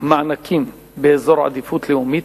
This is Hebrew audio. מענקים באזור עדיפות לאומית.